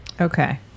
okay